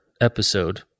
episode